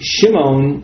Shimon